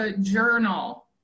journal